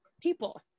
people